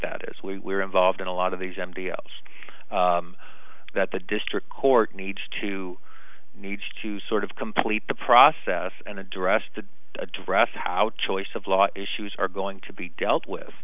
that is we're involved in a lot of these m d s that the district court needs to needs to sort of complete the process and address to address how to choice of law issues are going to be dealt with